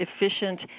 efficient